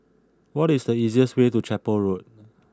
what is the easiest way to Chapel Road